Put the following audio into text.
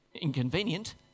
inconvenient